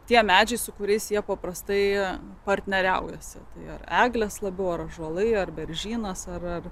tie medžiai su kuriais jie paprastai partneriaujasi tai ar eglės labiau ar ąžuolai ar beržynas ar